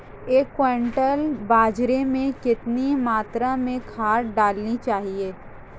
एक क्विंटल बाजरे में कितनी मात्रा में खाद डालनी चाहिए?